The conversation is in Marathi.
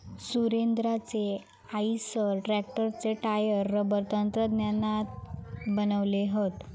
सुरेंद्राचे आईसर ट्रॅक्टरचे टायर रबर तंत्रज्ञानातनाच बनवले हत